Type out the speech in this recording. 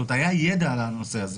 היה ידע על הנושא הזה.